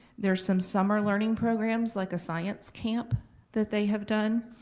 there's some summer learning programs like a science camp that they have done